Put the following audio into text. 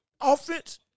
offense